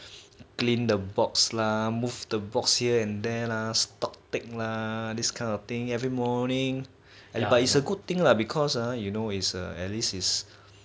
clean the box lah move the box here and there lah stock take lah this kind of thing every morning ah but it's a good thing lah because ah you know is a at least is